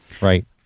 Right